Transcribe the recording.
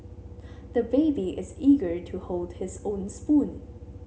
the baby is eager to hold his own spoon